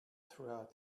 throughout